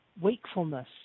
wakefulness